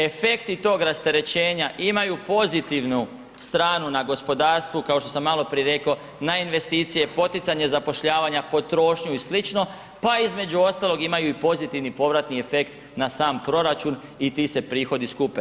Efekti tog rasterećenja imaju pozitivnu stranu na gospodarstvu kao što sam maloprije rekao, na investicije, poticanje zapošljavanja, potrošnju i sl., pa između ostalog imaju i pozitivni povratni efekt na sam proračun i ti se prihodi skupe.